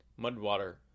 mudwater